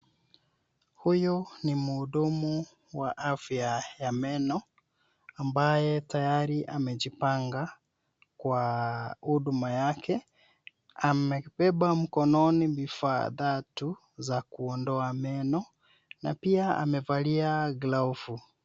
Huyu ni mhudumu wa afya ya meno ambaye tayari amejipanga kwa huduma yake. Amebeba mkononi vifaa tatu za kuondoa meno na pia amevalia glovu.